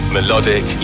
Melodic